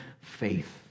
faith